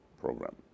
program